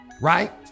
right